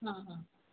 ହଁ ହଁ